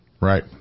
Right